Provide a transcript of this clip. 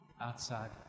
Outside